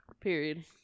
Period